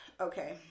Okay